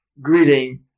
greeting